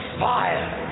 fire